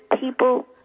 people